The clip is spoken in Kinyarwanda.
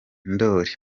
ndoli